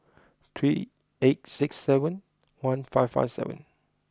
three eight six seven one five five seven